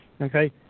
Okay